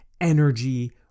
energy